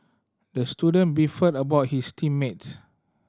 the student beefed about his team mates